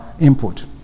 input